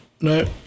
no